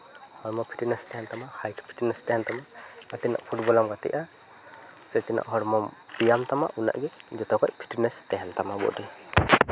ᱦᱚᱲᱢᱚ ᱯᱷᱤᱴᱱᱮᱥ ᱛᱟᱦᱮᱱ ᱛᱟᱢᱟ ᱦᱟᱭᱤᱴ ᱯᱷᱤᱴᱱᱮᱥ ᱛᱟᱦᱮᱱ ᱛᱟᱢᱟ ᱟᱨ ᱛᱤᱱᱟᱹᱜ ᱯᱷᱩᱴᱵᱚᱞ ᱮᱢ ᱜᱟᱛᱮᱜᱼᱟ ᱥᱮ ᱛᱤᱱᱟᱹᱜ ᱦᱚᱲᱢᱚᱢ ᱵᱮᱭᱟᱢ ᱛᱟᱢᱟ ᱩᱱᱟᱹᱜ ᱜᱮ ᱡᱚᱛᱚ ᱠᱷᱚᱱ ᱯᱷᱤᱴᱱᱮᱥ ᱛᱟᱦᱮᱱ ᱛᱟᱢᱟ ᱵᱚᱰᱤ